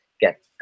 get